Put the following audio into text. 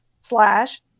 slash